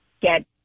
get